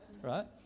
Right